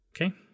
Okay